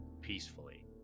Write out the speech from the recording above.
peacefully